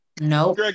No